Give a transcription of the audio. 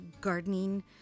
gardening